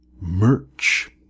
merch